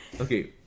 Okay